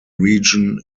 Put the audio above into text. region